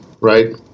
Right